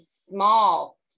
small